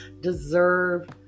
deserve